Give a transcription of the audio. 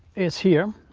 is here.